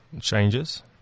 changes